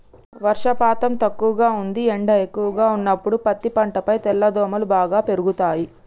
వర్షపాతం తక్కువగా ఉంది ఎండ ఎక్కువగా ఉన్నప్పుడు పత్తి పంటపై తెల్లదోమలు బాగా పెరుగుతయి